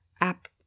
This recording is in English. app